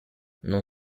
non